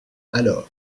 alors